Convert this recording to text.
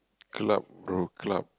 club go club